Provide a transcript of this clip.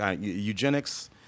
eugenics